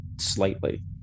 slightly